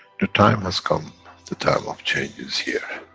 the time has come. the time of change is here.